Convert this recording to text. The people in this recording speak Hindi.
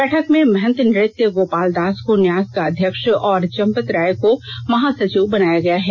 बैठक में महंत नृत्य गोपाल दास को न्यास का अध्यक्ष और चंपत राय को महासचिव बनाया गया है